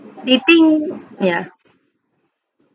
they think ya